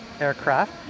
Aircraft